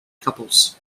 couples